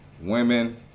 Women